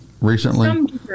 recently